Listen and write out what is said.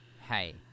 Hey